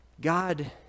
God